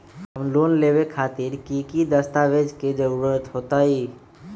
Home loan लेबे खातिर की की दस्तावेज के जरूरत होतई?